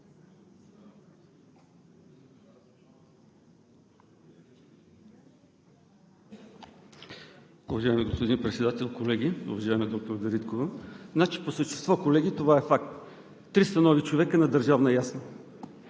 Уважаеми господин Председател, колеги, уважаема доктор Дариткова! По същество, колеги, това е факт – 300 нови човека на държавна ясла!